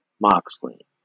Moxley